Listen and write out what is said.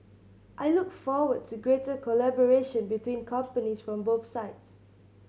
I look forward to greater collaboration between companies from both sides